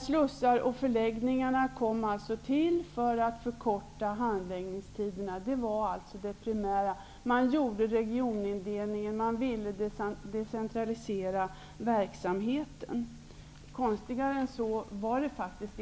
Slussarna och förläggningarna kom till för att förkorta handläggningstiderna. Det var det primära. Man gjorde en regionindelning, och man ville decentralisera verksamheten. Konstigare än så var det faktiskt inte.